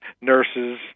nurses